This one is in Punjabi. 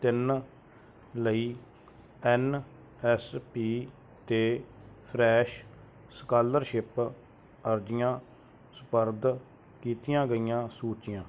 ਤਿੰਨ ਲਈ ਐਨ ਐਸ ਪੀ 'ਤੇ ਫਰੈਸ਼ ਸਕਾਲਰਸ਼ਿਪ ਅਰਜ਼ੀਆਂ ਸਪੁਰਦ ਕੀਤੀਆਂ ਗਈਆਂ ਸੂਚੀਆਂ